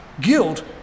guilt